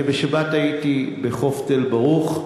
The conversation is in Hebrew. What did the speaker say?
בשבת הייתי בחוף תל-ברוך.